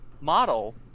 model